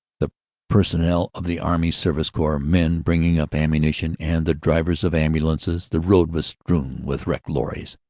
the personnel of the army service corps, men bringing up ammunition, and the drivers of am bulances. the road was strewn with wrecked lorries,